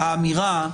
האמירה,